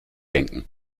denken